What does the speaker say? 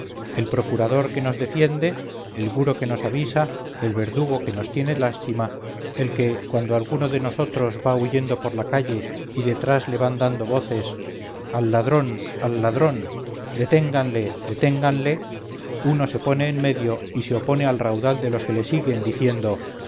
el procurador que nos defiende el guro que nos avisa el verdugo que nos tiene lástima el que cuando alguno de nosotros va huyendo por la calle y detrás le van dando voces al ladrón al ladrón deténganle deténganle uno se pone en medio y se opone al raudal de los que le siguen diciendo